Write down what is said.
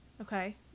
Okay